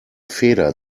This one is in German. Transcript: feder